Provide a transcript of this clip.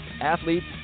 athletes